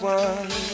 one